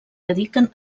dediquen